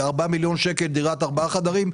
בארבעה מיליון שקלים דירת ארבעה חדרים,